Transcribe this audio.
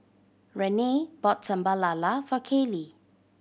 Renae bought Sambal Lala for Kaylee